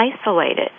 isolated